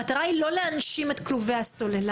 המטרה היא לא להנשים את כלובי הסוללה,